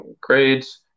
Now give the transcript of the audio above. grades